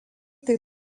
tai